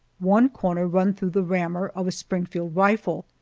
one corner run through the rammer of a springfield rifle.